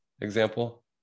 example